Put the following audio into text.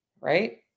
Right